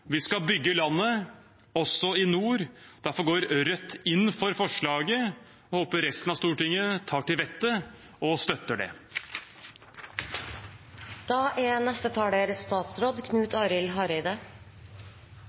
Vi skal bygge landet, også i nord. Derfor går Rødt inn for forslaget og håper resten av Stortinget tar til vettet og støtter